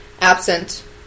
absent